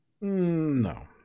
No